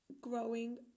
growing